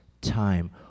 time